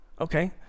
Okay